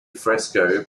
fresco